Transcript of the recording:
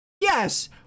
Yes